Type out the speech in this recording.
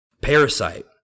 Parasite